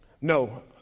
No